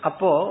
Apo